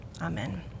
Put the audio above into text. Amen